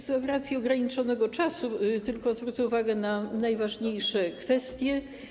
Z racji ograniczonego czasu tylko zwrócę uwagę na najważniejsze kwestie.